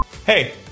Hey